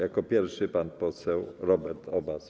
Jako pierwszy pan poseł Robert Obaz.